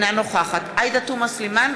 אינה נוכחת עאידה תומא סלימאן,